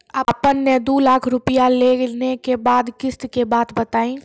आपन ने दू लाख रुपिया लेने के बाद किस्त के बात बतायी?